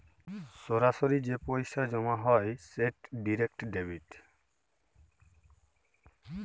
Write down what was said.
সরাসরি যে পইসা জমা হ্যয় সেট ডিরেক্ট ডেবিট